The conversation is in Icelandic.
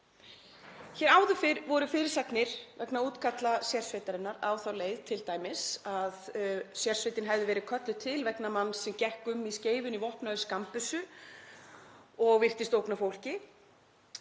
Hér áður fyrr voru fyrirsagnir vegna útkalla sérsveitarinnar á þá leið t.d. að sérsveitin hefði verið kölluð til vegna manns sem gekk um í Skeifunni vopnaður skammbyssu og virtist ógna fólki.